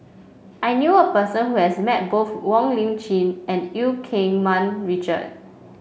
I knew a person who has met both Wong Lip Chin and Eu Keng Mun Richard